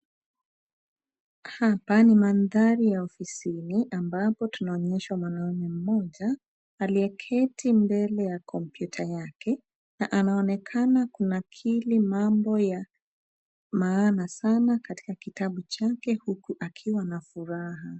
Hapa ni mandhari ya ofisini ambapo tunaonyeshwa mwanaume mmoja aliyeketi mbele ya kompyuta yake na anaonekana kunakiri mambo ya maana sana katika kitabu chake uku akiwa na furaha.